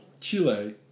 Chile